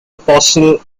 apostle